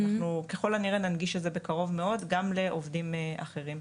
אנחנו ככל הנראה ננגיש את זה בקרוב מאוד גם לעובדים אחרים,